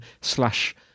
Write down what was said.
slash